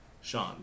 Sean